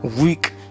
Week